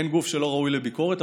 אין גוף שלא ראוי לביקורת,